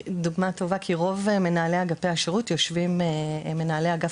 כי רוב מנהלי אגפי השירות הם מנהלי אגף